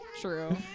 true